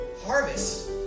Harvest